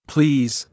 Please